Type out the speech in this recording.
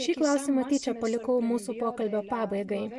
šį klausimą tyčia palikau mūsų pokalbio pabaigai